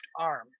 arm